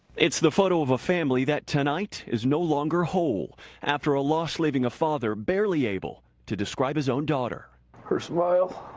it's the photo of a family that tonight is no longer whole after a loss leaving a father barely able to describe his own daughter. her smile,